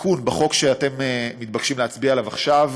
התיקון בחוק שאתם מתבקשים להצביע עליו עכשיו